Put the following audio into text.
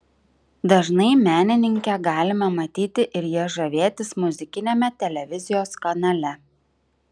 dažnai menininkę galime matyti ir ja žavėtis muzikiniame televizijos kanale